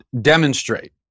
demonstrate